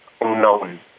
unknown